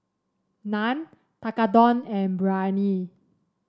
Naan Tekkadon and Biryani